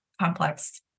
complex